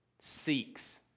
Seeks